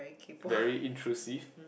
very intrusive